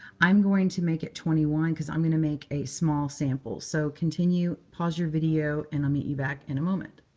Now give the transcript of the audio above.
i'm going to make it twenty one because i'm going to make a small sample. so continue, pause your video, and i'll meet you back in a moment.